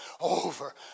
over